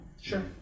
Sure